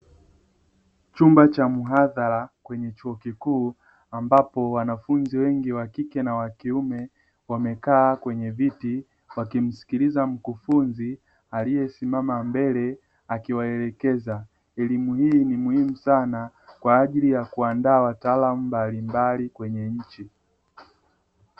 Chumba cha muhadhara kwenye chuo kikuu ambapo wanafunzi wengi wa kike na wa kiume wamekaa kwenye viti wakimsikiliza mkufunzi aliyesimama mbele akiwaelekeza, elimu hii ni muhimu sana kwa ajili ya kuandaa wataalamu mbalimbali kwenye nchi.